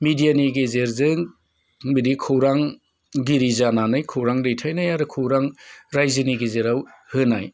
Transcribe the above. media नि गेजेरजों बिदि खौरांगिरि जानानै खौरां दैथायनाय आरो खौरां रायजोनि गेजेराव होनाय